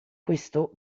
questo